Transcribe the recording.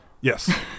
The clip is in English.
Yes